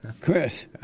Chris